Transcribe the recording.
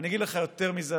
ואני אגיד לך יותר מזה,